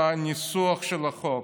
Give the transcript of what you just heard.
כמי שעסק באמת בניסוח של החוק,